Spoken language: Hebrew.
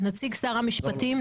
נציג שר המשפטים,